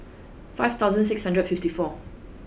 five thousand six hundred fifty four